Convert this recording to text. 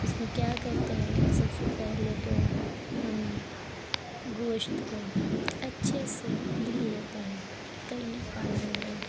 اس میں کیا کرتے ہیں سب سے پہلے تو ہم گوشت کو اچھے سے دھل لیتے ہیں کئی پانیوں میں